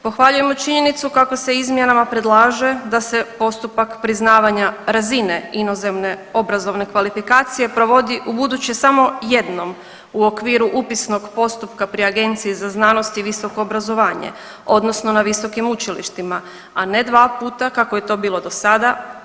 Pohvaljujemo i činjenicu kako se izmjenama predlaže da se postupak priznavanja razine inozemne obrazovne kvalifikacije provodi ubuduće samo jednom u okviru upisnog postupka pri Agenciji za znanost i visoko obrazovanje odnosno na visokim učilištima, a ne dva puta kako je to bilo dosada.